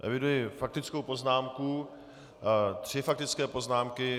Eviduji faktickou poznámku, tři faktické poznámky.